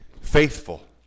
faithful